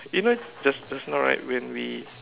eh you know just just now right when we